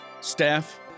staff